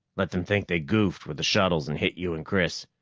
let them think they goofed with the shuttles and hit you and chris.